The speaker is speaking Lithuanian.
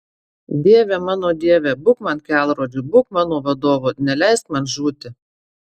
dieve mano dieve būk man kelrodžiu būk mano vadovu neleisk man žūti